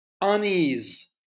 unease